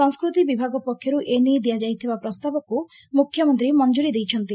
ସଂସ୍କୃତି ବିଭାଗ ପକ୍ଷରୁ ଏ ନେଇ ଦିଆଯାଇଥିବା ପ୍ରସ୍ତାବକୁ ମୁଖ୍ୟମନ୍ତୀ ମଂଜୁରୀ ଦେଇଛନ୍ତି